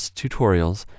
tutorials